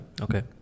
okay